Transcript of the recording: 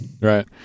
Right